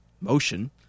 motion